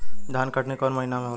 धान के कटनी कौन महीना में होला?